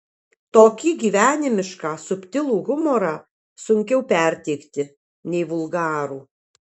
tokį gyvenimišką subtilų humorą sunkiau perteikti nei vulgarų